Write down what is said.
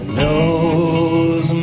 knows